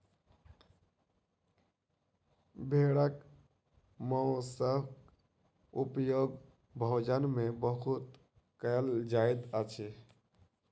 भेड़क मौंसक उपयोग भोजन में बहुत कयल जाइत अछि